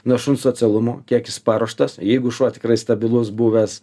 nuo šuns socialumo kiek jis paruoštas jeigu šuo tikrai stabilus buvęs